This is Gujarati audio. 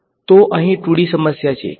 તો અહીં 2D સમસ્યા છે ઠીક છે